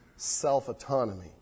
Self-autonomy